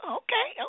okay